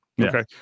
Okay